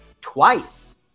twice